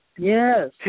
Yes